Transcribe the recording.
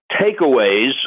takeaways